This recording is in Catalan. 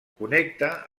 connecta